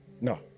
No